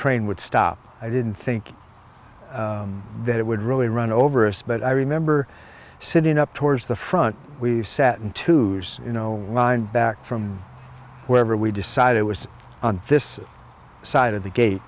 train would stop i didn't think that it would really run over us but i remember sitting up towards the front we sat in twos you know the line back from wherever we decided was on this side of the gate